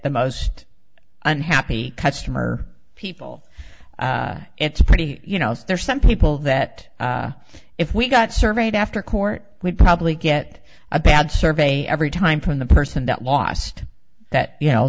the most unhappy customer people it's a pretty you know it's there some people that if we got surveyed after court would probably get a bad survey every time from the person that lost that you